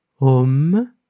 Om